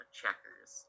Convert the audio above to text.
checkers